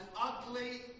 ugly